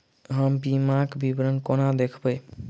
हम बीमाक विवरण कोना देखबै?